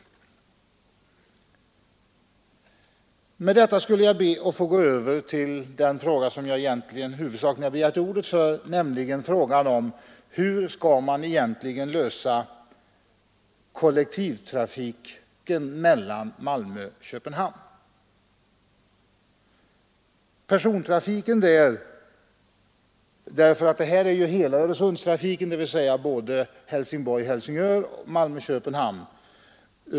Med detta ber jag att få övergå till det jag egentligen begärde ordet för, nämligen frågan hur man skall ordna kollektivtrafiken mellan Malmö och Köpenhamn. Tidigare uppgifter rör det mesta av Öresundstrafiken, alltså både sträckan Helsingborg—-Helsingör och sträckan Malmö—Köpenhamn.